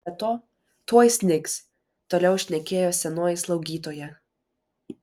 be to tuoj snigs toliau šnekėjo senoji slaugytoja